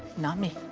not me.